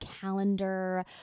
Calendar